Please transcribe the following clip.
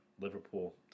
Liverpool